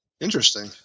Interesting